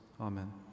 Amen